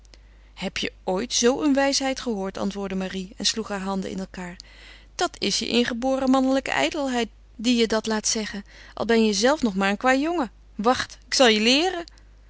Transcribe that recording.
heb je ooit zoo een wijsheid gehoord antwoordde marie en sloeg haar handen in elkaâr dat is je ingeboren mannelijke ijdelheid die je dat laat zeggen al ben je zelf nog maar een kwajongen wacht ik zal je leeren